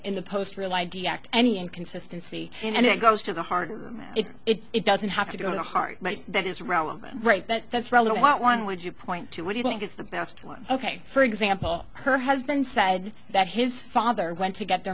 in the post real id act any inconsistency and it goes to the heart of it it doesn't have to go to the heart that is relevant right that's relevant what one would you point to what you think is the best one ok for example her husband said that his father went to get their